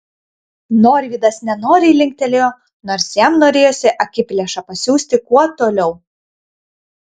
norvydas nenoriai linktelėjo nors jam norėjosi akiplėšą pasiųsti kuo toliau